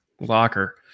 locker